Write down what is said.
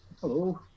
Hello